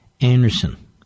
Anderson